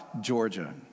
Georgia